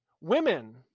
women